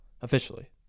officially